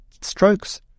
strokes